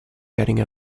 getting